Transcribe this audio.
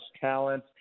talent